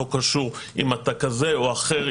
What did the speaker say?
ולא קשור אם אתה כזה או אחר,